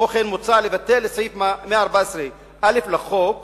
כמו כן, מוצע לבטל את סעיף 114א לחוק המים,